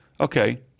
okay